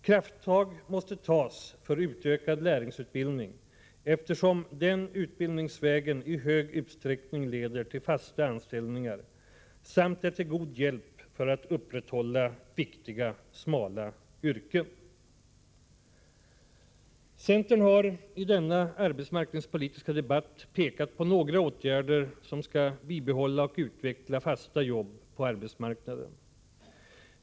Krafttag måste tas för utökad lärlingsutbildning, eftersom den utbildningsvägen i stor utsträckning leder till fasta anställningar samt är till god hjälp för att upprätthålla viktiga ”smala” yrken. Centern har i denna arbetsmarknadspolitiska debatt pekat på några åtgärder som skall bibehålla och utveckla fasta jobb på arbetsmarknaden.